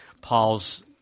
Paul's